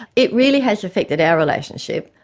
it really has affected our relationship.